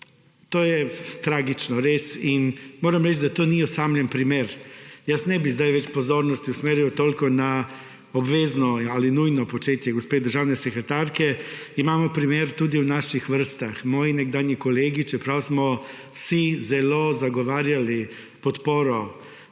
to je tragično res in moram reči, da to ni osamljen primer. Jaz ne vi sedaj več pozornosti usmerjal na obvezno ali nujno početje gospe državne sekretarka imajo primer tudi v naših vrstah. Moji nekdanji kolegi, čeprav smo vsi zelo zagovarjali podporo